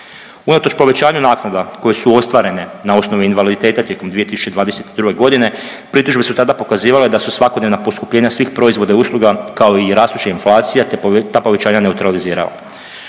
Unatoč povećanju naknada koje su ostvarene na osnovi invaliditeta tijekom 2022.g. pritužbe su tada pokazivale da su svakodnevna poskupljenja svih proizvoda i usluga, kao i rastuća inflacija ta povećanja neutralizirala.